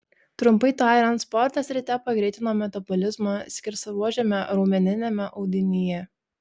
trumpai tariant sportas ryte pagreitino metabolizmą skersaruožiame raumeniniame audinyje